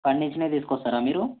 పండించినవి తీసుకొస్తారా మీరు